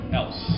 else